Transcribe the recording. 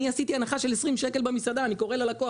אני עשיתי הנחה של 20 שקל במסעדה, אני קורא ללקוח.